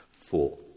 four